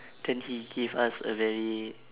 then he gave us a very